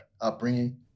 upbringing